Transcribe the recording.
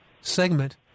segment